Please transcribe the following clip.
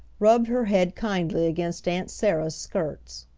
rubbed her head kindly against aunt sarah's skirts.